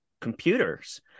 computers